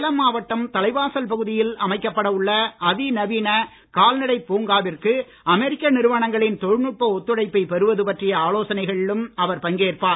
சேலம் மாவட்டம் தலைவாசல் பகுதியில் அமைக்கப்பட உள்ள அதிநவீன கால்நடை பூங்காவிற்கு அமெரிக்க நிறுவனங்களின் தொழில்நுட்ப ஒத்துழைப்பை பெறுவது பற்றிய ஆலோசனைகளிலும் அவர் பங்கேற்பார்